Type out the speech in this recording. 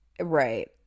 Right